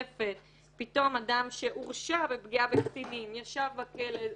אדם שהורשע בפגיעה בקטינים וישב בכלא וכדומה,